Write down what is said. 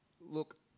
Look